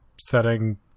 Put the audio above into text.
setting